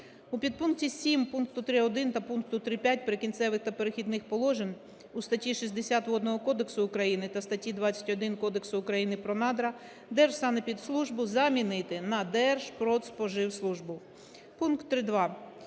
У підпункті 7 пункту 3.1 та пункту 3.5 "Прикінцевих та перехідних положень" у статті 60 Водного кодексу України та статті 21 Кодексу України про надра, "Держсанепідслужбу" замінити на "Держпродспоживслужбу".